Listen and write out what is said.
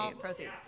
Proceeds